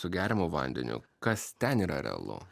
su geriamu vandeniu kas ten yra realu